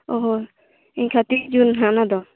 ᱚᱻ ᱮᱱᱠᱷᱟᱱ ᱛᱤᱨᱤᱥ ᱡᱩᱱ ᱦᱟᱸᱜ ᱚᱱᱟ ᱫᱚ